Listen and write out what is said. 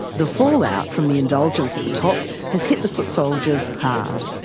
the fallout from the indulgence at the top has hit the foot-soldiers hard.